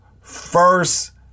first